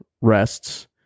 rests